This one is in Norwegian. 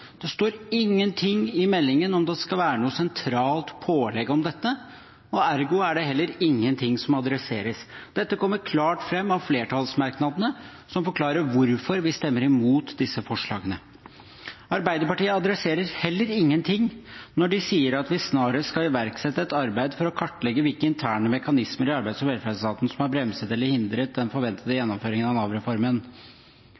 Det står ingenting i meldingen om at det skal være noe sentralt pålegg om dette. Ergo er det heller ingenting som adresseres. Dette kommer klart fram av flertallsmerknadene, som forklarer hvorfor vi stemmer imot disse forslagene. Arbeiderpartiet adresserer heller ingenting når de sier at vi snarest skal «iverksette et arbeid for å kartlegge hvilke interne mekanismer i arbeids- og velferdsetaten som har bremset eller hindret den forventede